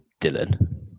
dylan